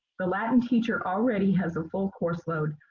the latin teacher already has a full course load.